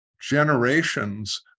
generations